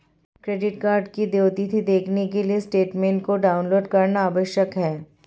credit card की देय तिथी देखने के लिए स्टेटमेंट को डाउनलोड करना आवश्यक है